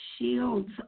shields